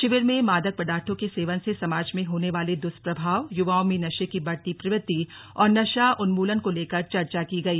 शिविर में मादक पदार्थो के सेवन से समाज में होने वाले दृष्प्रभाव युवाओं में नशे की बढ़ती प्रवृत्ति और नशा उन्मूलन को लेकर चर्चा की गई